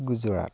Gujarat